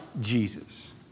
Jesus